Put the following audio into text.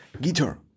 guitar